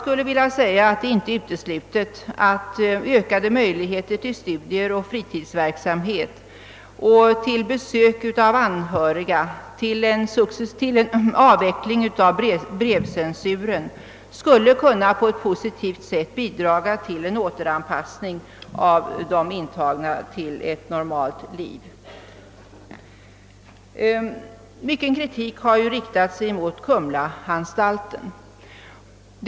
Det är inte uteslutet att ökade möjligheter till studier och fritidsverksamhet, besök av anhöriga och en avveckling av brevcensuren skulle kunna på ett positivt sätt bidra till en återanpassning av de intagna till ett normalt liv. Mycken kritik har riktats mot anstalten i Kumla.